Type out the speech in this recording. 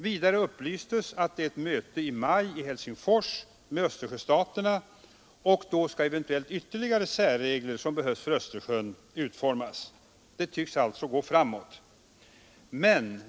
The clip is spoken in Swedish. Vidare upplystes det att Östersjöstaterna skall hålla ett möte i Helsingfors i maj, och då skall eventuellt ytterligare särregler som behövs för Östersjön utformas. Det tycks alltså gå framåt.